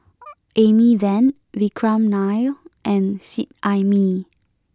Amy Van Vikram Nair and Seet Ai Mee